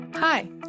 Hi